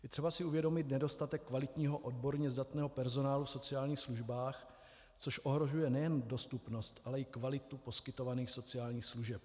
Je třeba si uvědomit nedostatek kvalitního, odborně zdatného personálu v sociálních službách, což ohrožuje nejen dostupnost, ale i kvalitu poskytovaných sociálních služeb.